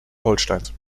holsteins